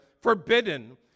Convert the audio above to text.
forbidden